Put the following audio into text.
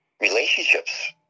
relationships